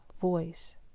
voice